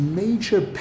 major